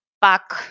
back